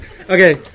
okay